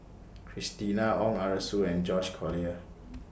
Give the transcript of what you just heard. Christina Ong Arasu and George Collyer